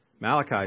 Malachi